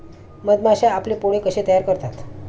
मधमाश्या आपले पोळे कसे तयार करतात?